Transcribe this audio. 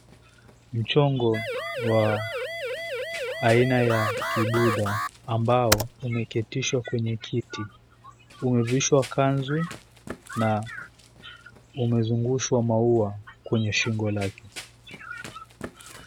Mchongo wa aina ya kibudha ambao umeketishwa kwenye kiti, umevishwa kanzu na umezungushwa maua kwenye shingo lake.